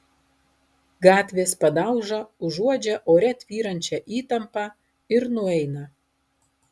gatvės padauža užuodžia ore tvyrančią įtampą ir nueina